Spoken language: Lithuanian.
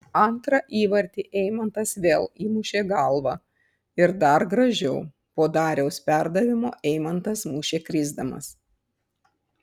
antrą įvartį eimantas vėl įmušė galva ir dar gražiau po dariaus perdavimo eimantas mušė krisdamas